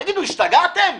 תגידו, השתגעתם?